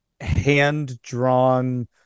hand-drawn